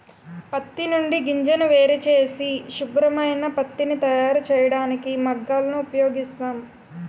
పత్తి నుండి గింజను వేరుచేసి శుభ్రమైన పత్తిని తయారుచేయడానికి మగ్గాలను ఉపయోగిస్తాం